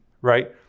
right